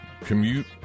commute